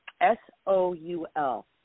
S-O-U-L